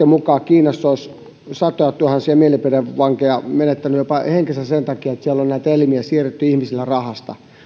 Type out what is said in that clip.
mukaan esimerkiksi kiinassa olisi sadattuhannet mielipidevangit menettäneet jopa henkensä sen takia että siellä on näitä elimiä siirretty ihmisiltä rahasta